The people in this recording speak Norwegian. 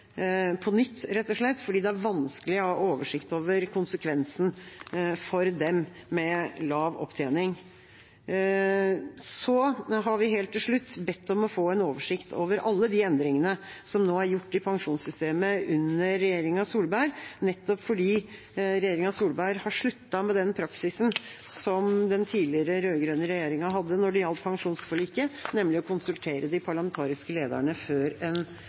på nytt, fordi det er vanskelig å ha oversikt over konsekvensene for dem med lav opptjening. Så har vi helt til slutt bedt om å få en oversikt over alle de endringene som er gjort i pensjonssystemet under regjeringa Solberg, nettopp fordi regjeringa Solberg har sluttet med den praksisen som den rød-grønne regjeringa hadde når det gjaldt pensjonsforliket, nemlig å konsultere de parlamentariske lederne før en